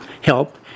help